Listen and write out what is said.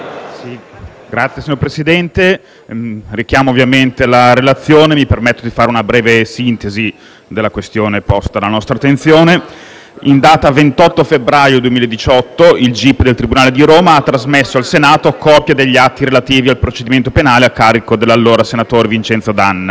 Signor Presidente, richiamo ovviamente la relazione e mi permetto di fare una breve sintesi della questione posta alla nostra attenzione. In data 28 febbraio 2018, il gip del tribunale di Roma ha trasmesso al Senato copia degli atti relativi al procedimento penale a carico dell'allora senatore Vincenzo D'Anna,